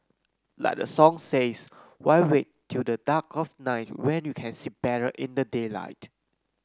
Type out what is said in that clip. like the song says why wait till the dark of night when you can see better in the daylight